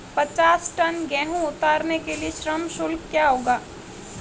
पचास टन गेहूँ उतारने के लिए श्रम शुल्क क्या होगा?